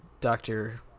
Doctor